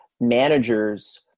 managers